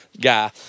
guy